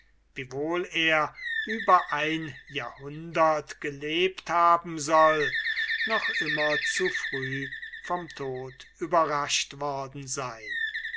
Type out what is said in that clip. wiewohl er über ein jahrhundert gelebt haben soll noch immer zu früh vom tod überrascht worden sein